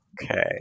Okay